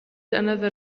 another